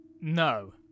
no